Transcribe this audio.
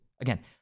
Again